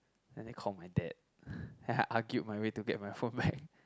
and then call my dad then I argued my way to get my phone back